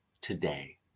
today